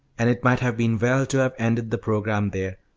and it might have been well to have ended the programme there,